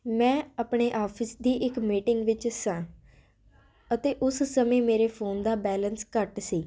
ਮੈਂ ਆਪਣੇ ਓਫਿਸ ਦੀ ਇੱਕ ਮੀਟਿੰਗ ਵਿੱਚ ਸਾਂ ਅਤੇ ਉਸ ਸਮੇਂ ਮੇਰੇ ਫੋਨ ਦਾ ਬੈਲੈਂਸ ਘੱਟ ਸੀ